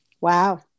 wow